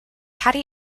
patti